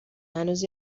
هنوز